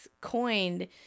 coined